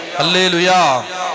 hallelujah